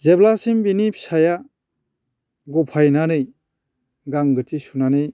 जेब्लासिम बिनि फिसाया गफायनानै गांगोथि सुनानै